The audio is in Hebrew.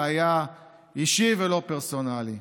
זה היה אישי ולא פרסונלי.